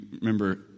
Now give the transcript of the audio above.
remember